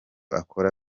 akora